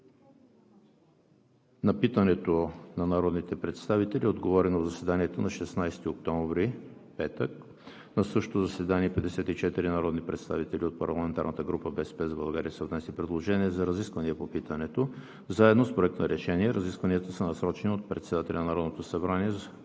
На питането на народните представители е отговорено в заседанието на 16 октомври 2020 г., петък. На същото заседание 54 народни представители от парламентарната група на „БСП за България“ са внесли предложение за разисквания по питането, заедно с Проект на решение. Разискванията са насрочени от председателя на Народното събрание за